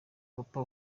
papa